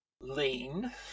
lean